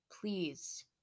please